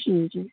جی